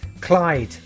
Clyde